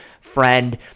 friend